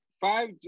five